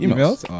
Emails